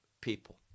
people